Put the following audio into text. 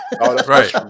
Right